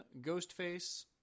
Ghostface